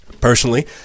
Personally